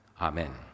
Amen